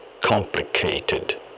Complicated